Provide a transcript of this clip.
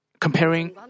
comparing